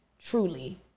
truly